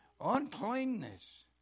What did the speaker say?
Uncleanness